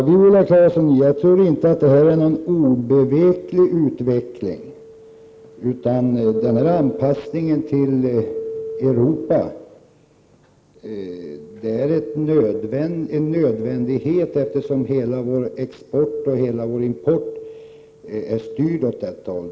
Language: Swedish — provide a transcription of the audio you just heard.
Herr talman! Jag tror inte att denna utveckling är obeveklig, utan anpassningen till Europa är en nödvändighet. Hela vår export och hela vår import är ju styrda mot det hållet.